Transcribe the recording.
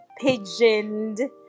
pigeoned